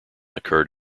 occurred